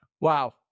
Wow